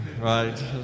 right